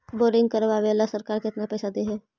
Boring करबाबे ल सरकार केतना पैसा दे है?